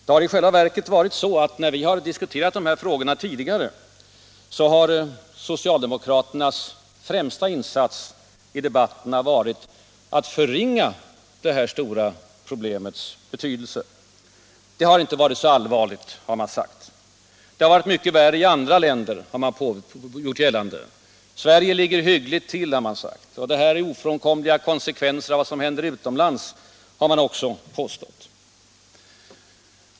I själva verket har det varit så, att när vi diskuterat de här frågorna tidigare har socialdemokraternas främsta insats i debatterna varit att förringa detta stora problems betydelse. Det har inte varit så allvarligt, har man sagt. Det har varit mycket värre i andra länder, har man gjort gällande. Sverige ligger hyggligt till, har man sagt. Och det här är ofrånkomliga konsekvenser av vad som händer utomlands, har man också påstått.